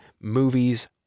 movies